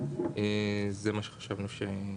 זה מה שחשבנו שנכון.